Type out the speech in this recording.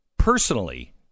Personally